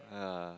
yeah